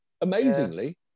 amazingly